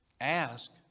ask